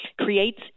creates